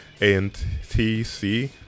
A-N-T-C